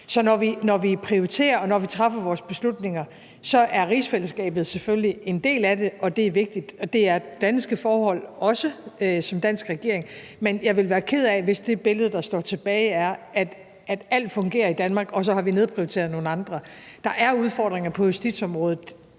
Så når vi prioriterer, og når vi træffer vores beslutninger, er rigsfællesskabet selvfølgelig en del af det, og det er vigtigt. Det er danske forhold også for en dansk regering, men jeg ville være ked af det, hvis det billede, der står tilbage, er, at alt fungerer i Danmark, og så har vi nedprioriteret nogle andre. Der er udfordringer på justitsområdet